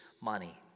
money